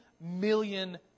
million